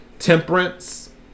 temperance